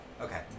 okay